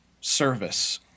service